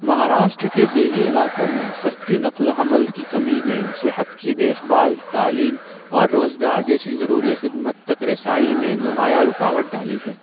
مہاراشٹر کے دیہی علاقوں میں سستی نقل و حمل کی کمی نے صحت کی دیکھ بھال تعلیم اور روزگار جیسی ضروی خدمت تک رسائی میں نمایاں رکاوٹ ڈالی ہے